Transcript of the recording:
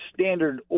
standard